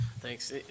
Thanks